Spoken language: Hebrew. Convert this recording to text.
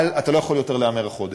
אתה לא יכול יותר להמר החודש.